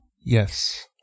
yes